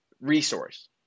resource